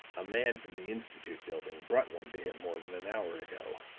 a man from the institute building brought one to him more than an hour ago.